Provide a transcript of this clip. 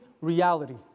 reality